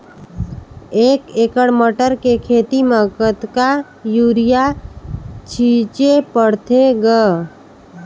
एक एकड़ मटर के खेती म कतका युरिया छीचे पढ़थे ग?